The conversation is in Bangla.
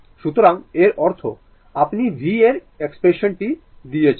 সুতরাং এর অর্থ আপনি v এর এক্সপ্রেশন টি দিয়েছেন